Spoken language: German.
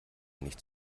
nicht